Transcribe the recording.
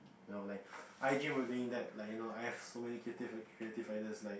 no like I dream of doing that like you know I have so many creative creative ideas like